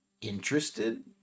interested